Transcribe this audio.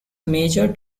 major